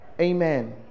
amen